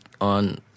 on